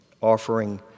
offering